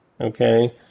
okay